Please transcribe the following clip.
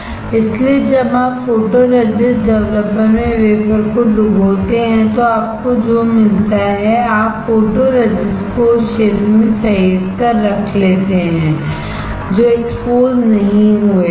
इसलिए जब आप फोटोरेसिस्ट डेवलपर में वेफरको डुबोते हैं तो आपको जो मिलता है आप फोटोरेसिस्ट को उस क्षेत्र में सहेज कर रख लेते हैं जो एक्सपोज़ नहीं हुए थे